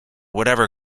whatever